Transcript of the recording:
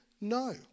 No